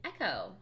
Echo